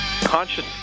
conscious